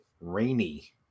rainy